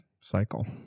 cycle